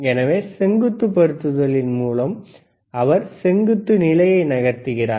எனவே செங்குத்து பொருத்துதலின் மூலம் அவர் செங்குத்து நிலையை நகர்த்துகிறார்